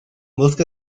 busca